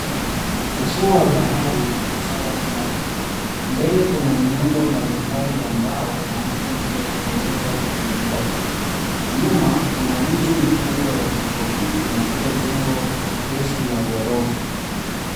Ufuo wa bahari wenye mchanga mweupe. Mbele kuna miundo mbalimbali ya mbao na miti iliyotengenezwa kienyeji. Nyuma kuna miti mikubwa ya kitropiki na pia jengo refu la ghorofa.